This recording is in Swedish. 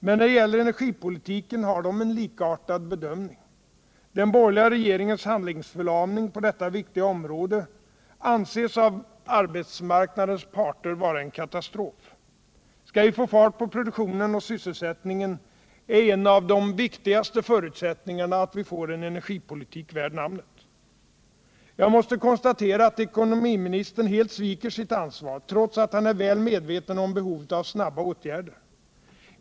Men när det gäller energipolitiken har de en likartad bedömning. Den borgerliga regeringens handlingsförlamning på detta viktiga område anses av arbetsmarknadens parter vara en katastrof. Skall vi få fart på produktionen och sysselsättningen är en av de viktigaste förutsättningarna att vi får en energipolitik värd namnet. Jag måste konstatera att ekonomiministern helt sviker sitt ansvar, trots att han är väl medveten om behovet av snabba åtgärder.